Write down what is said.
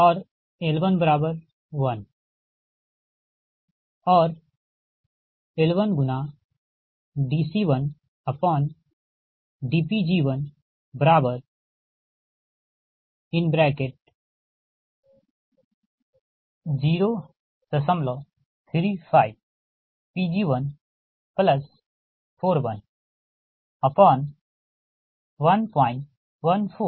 तो वैसे भी L1 1